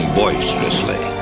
boisterously